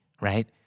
right